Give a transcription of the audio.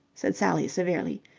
said sally severely,